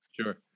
Sure